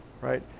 right